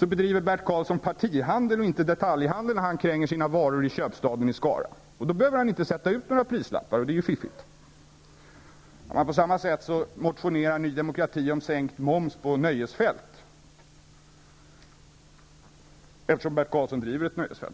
bedriver Bert Karlsson partihandel och inte detaljhandel när han kränger sina varor i köpstaden i Skara. Då behöver han inte sätta på några prislappar, och det är ju fiffigt. Ny Demokrati motionerar om sänkt moms på nöjesfält, eftersom Bert Karlsson driver ett nöjesfält.